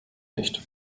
nicht